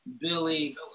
Billy